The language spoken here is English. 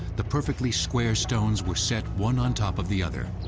the perfectly square stones were set one on top of the other.